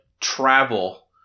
travel